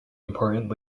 important